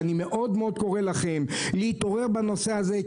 אני קורא לכם להתעורר בנושא הזה.